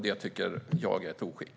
Det tycker jag är ett oskick.